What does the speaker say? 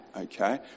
okay